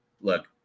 Look